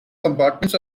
compartments